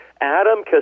Adam